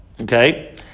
Okay